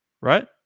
right